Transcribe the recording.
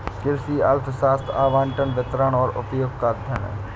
कृषि अर्थशास्त्र आवंटन, वितरण और उपयोग का अध्ययन है